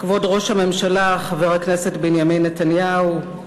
כבוד ראש הממשלה, חבר הכנסת בנימין נתניהו,